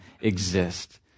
exist